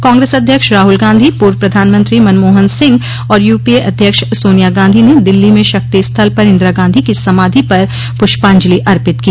कांग्रेस अध्यक्ष राहुल गांधी पूर्व प्रधानमंत्री मनमोहन सिंह और यूपीए अध्यक्ष सोनिया गांधी ने दिल्ली में शक्ति स्थल पर इंदिरा गांधी की समाधि पर पुष्पांजलि अर्पित की